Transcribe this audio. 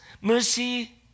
mercy